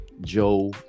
joe